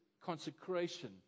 consecration